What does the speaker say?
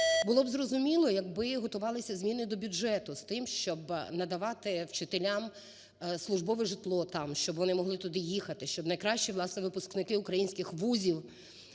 Було б зрозуміло, якби готувалися зміни до бюджету з тим, щоб надавати вчителям службове житло там, щоб вони могли туди їхати, щоб найкращі, власне, випускники українських вузів